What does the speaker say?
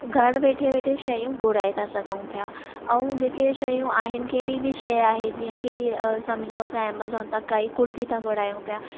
घर वेठे वेठे शयूं घुराए था सघूं पिया ऐं जेके शयूं आहिनि कहिड़ी बि शइ आहे जीअं की समझो असां ऑमेज़ान तां काई कुर्ती था घुरायूं पिया